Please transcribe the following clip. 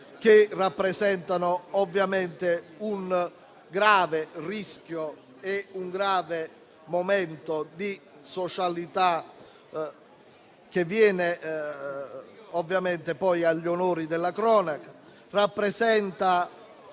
che rappresentano un grave rischio e un grave momento di socialità che viene poi agli onori della cronaca. Rappresenta